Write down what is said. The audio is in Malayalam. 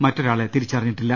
മറ്റൊരാളെ തിരിച്ചറിഞ്ഞിട്ടില്ല